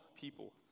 people